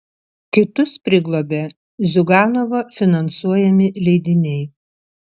kitus priglobė ziuganovo finansuojami leidiniai